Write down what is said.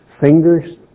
fingers